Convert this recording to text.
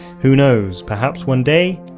who knows, perhaps one day,